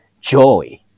joy